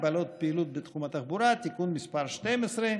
(הגבלת פעילות בתחום התחבורה) (תיקון מס׳ 12),